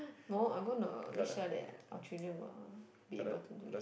no I'm gonna make sure that our children will be able to do it